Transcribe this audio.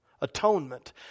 atonement